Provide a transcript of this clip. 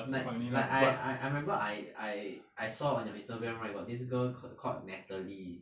like like I I remember I I I saw on your instagram right got this girl called natalie